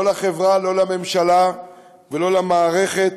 לא לחברה, לא לממשלה ולא למערכת